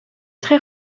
très